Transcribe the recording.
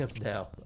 now